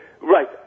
Right